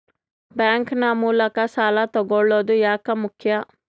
Bank ನ ಮೂಲಕ ಸಾಲ ತಗೊಳ್ಳೋದು ಯಾಕ ಮುಖ್ಯ?